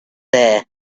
there